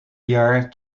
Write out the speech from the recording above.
jaar